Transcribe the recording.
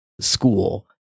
school